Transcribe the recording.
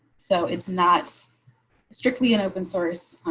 so it's not strictly an open source.